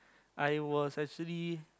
I was actually